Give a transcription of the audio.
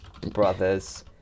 Brothers